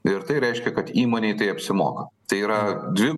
ir tai reiškia kad įmonei tai apsimoka tai yra dvi